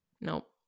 Nope